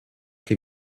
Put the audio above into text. che